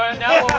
ah no?